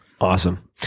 Awesome